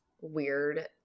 weird